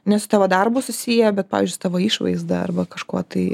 ne su tavo darbu susiję bet pavyzdžiui tavo išvaizda arba kažkuo tai